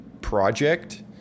project